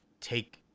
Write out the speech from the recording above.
take